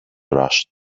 rushed